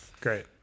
Great